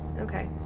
Okay